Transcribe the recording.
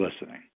listening